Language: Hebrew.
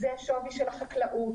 זה השווי של החקלאות,